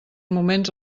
moments